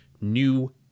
new